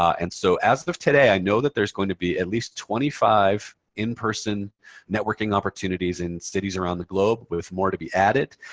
and so as of today, i know that there's going to be at least twenty five in-person networking opportunities in cities around the globe, with more to be added.